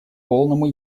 полному